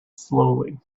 slowly